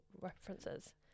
references